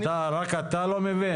רק אתה לא מבין?